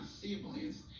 siblings